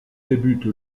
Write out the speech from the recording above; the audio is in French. débute